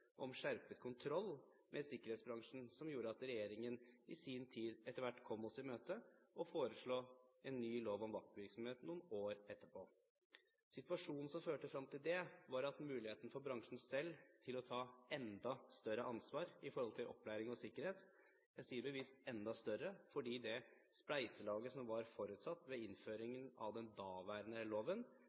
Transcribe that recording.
om skjerpet kontroll med sikkerhetsbransjen som gjorde at regjeringen etter hvert kom oss i møte og foreslo en ny lov om vaktvirksomhet noen år etterpå. Situasjonen som førte frem til det, var muligheten for bransjen selv til å ta enda større ansvar for opplæring og sikkerhet – jeg sier bevisst «enda større», fordi det spleiselaget som var forutsatt ved innføring av den daværende loven,